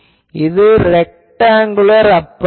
இது rectangular aperture